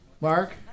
Mark